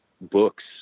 books